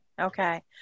Okay